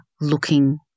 looking